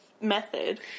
method